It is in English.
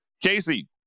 Casey